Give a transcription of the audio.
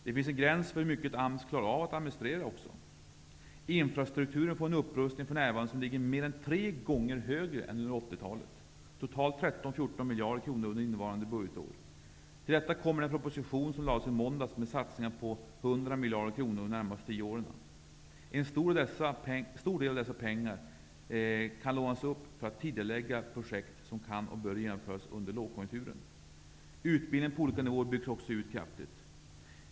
Det finns en gräns för hur mycket AMS klarar av att administrera. Infrastrukturen får för närvarande en upprustning som ligger mer än tre gånger högre än under 1980-talet; totalt 13-14 miljarder kronor under innevarande budgetår. Till detta kommer den proposition som lades i måndags med satsningar på 100 miljarder kronor under de närmaste tio åren. En stor del av dessa pengar kan lånas upp för att tidigarelägga projekt som kan och bör genomföras under lågkonjunkturen. Utbildning på olika nivåer byggs också ut kraftigt.